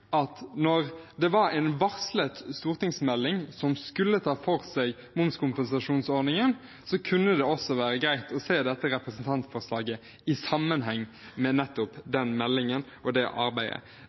at når det var en varslet stortingsmelding som skulle ta for seg momskompensasjonsordningen, kunne det også være greit å se dette representantforslaget i sammenheng med nettopp